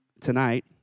tonight